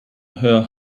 her